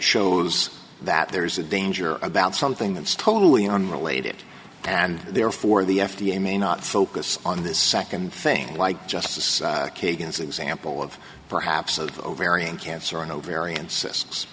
shows that there's a danger about something that's totally unrelated and therefore the f d a may not focus on this second thing like justice kagan is example of perhaps of ovarian cancer and ovarian cyst